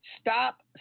Stop